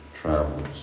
travels